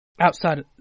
Outside